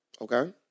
Okay